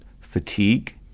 fatigue